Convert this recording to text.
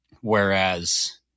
whereas